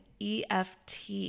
EFT